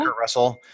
russell